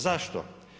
Zašto?